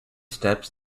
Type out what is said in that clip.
steps